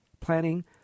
planning